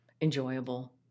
enjoyable